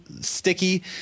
sticky